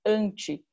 anti